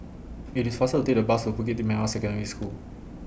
IT IS faster to Take The Bus to Bukit Merah Secondary School